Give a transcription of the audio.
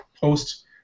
post